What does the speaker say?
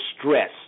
stress